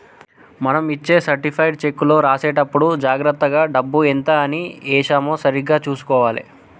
మనం ఇచ్చే సర్టిఫైడ్ చెక్కులో రాసేటప్పుడే జాగర్తగా డబ్బు ఎంత అని ఏశామో సరిగ్గా చుసుకోవాలే